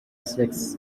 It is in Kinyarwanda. sex